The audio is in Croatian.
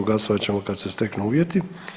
Glasovat ćemo kad se steknu uvjeti.